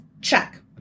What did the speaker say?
Check